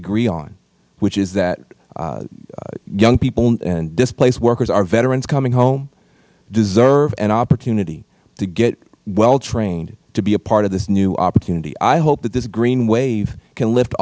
agree on which is that young people and displaced our veterans coming home deserve an opportunity to get well trained to be a part of this new opportunity i hope that this green wave can lift